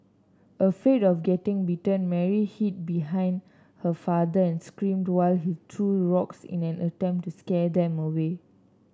afraid of getting bitten Mary hid behind her father and screamed while he threw rocks in an attempt to scare them away